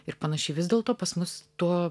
ir panašiai vis dėlto pas mus tuo